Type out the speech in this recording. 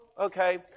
okay